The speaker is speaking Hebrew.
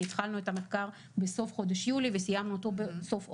התחלנו את המחקר בסוף חודש יולי וסיימנו אותו בסוף אוגוסט,